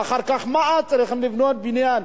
ואחר כך מע"צ צריכים לבנות כבישים.